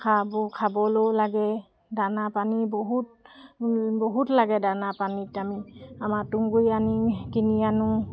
খাব খাবলৈও লাগে দানা পানী বহুত বহুত লাগে দানা পানী আমাৰ তুঁহ গুৰি আমি কিনি আনো